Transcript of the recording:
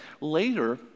Later